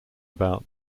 about